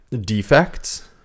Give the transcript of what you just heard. defects